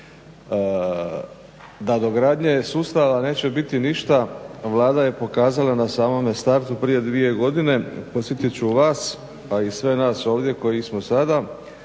Da dogradnje sustava neće biti ništa, Vlada je pokazala na samome startu prije dvije godine, podsjetit ću vas pa i sve nas ovdje koji smo sada